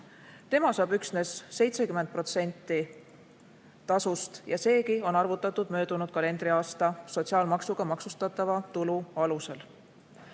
Tema saab üksnes 70% tasust ja seegi on arvutatud möödunud kalendriaasta sotsiaalmaksuga maksustatava tulu alusel.